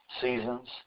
seasons